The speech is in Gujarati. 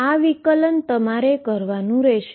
આ ડેરીવેશન તમારે કરવાનુ રહેશે